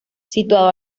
situado